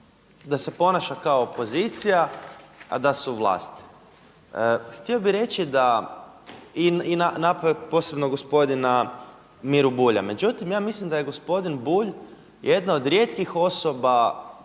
da se ponaša kao opozicija, a da su u vlasti. Htio bi reći da, i napao je posebno gospodina Miru Bulja, međutim ja mislim da je gospodin Bulj jedna od rijetkih osoba